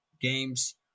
Games